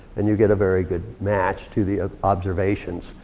and you get a very good match to the observations,